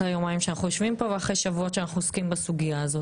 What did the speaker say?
אחרי היומיים שאנחנו יושבים פה ואחרי שבועות שאנחנו עוסקים בסוגיה הזאת.